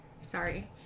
Sorry